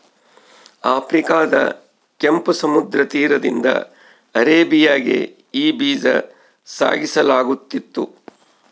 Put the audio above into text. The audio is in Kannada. ಆಫ್ರಿಕಾದ ಕೆಂಪು ಸಮುದ್ರ ತೀರದಿಂದ ಅರೇಬಿಯಾಗೆ ಈ ಬೀಜ ಸಾಗಿಸಲಾಗುತ್ತಿತ್ತು